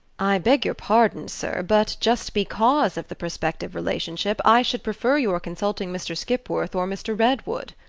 i beg your pardon, sir but just because of the prospective relationship, i should prefer your consulting mr. skipworth or mr. redwood.